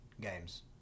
games